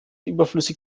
überflüssig